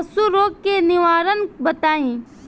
पशु रोग के निवारण बताई?